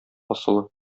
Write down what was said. асылы